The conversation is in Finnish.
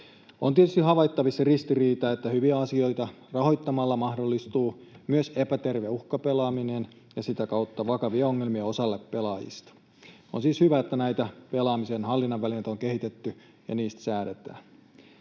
On tietysti havaittavissa se ristiriita, että hyviä asioita rahoittamalla mahdollistuu myös epäterve uhkapelaaminen ja sitä kautta vakavia ongelmia osalle pelaajista. On siis hyvä, että näitä pelaamisen hallinnan välineitä on kehitetty ja niistä säädetään.